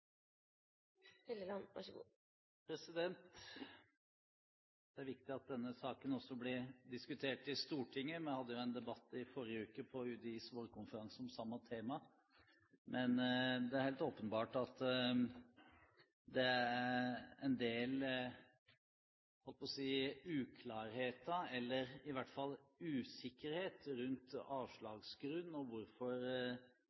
viktig at denne saken også blir diskutert i Stortinget. Vi hadde jo en debatt i forrige uke på UDIs vårkonferanse om samme tema, men det er helt åpenbart at det er en del uklarheter, eller i hvert fall usikkerhet, rundt